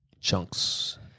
Chunks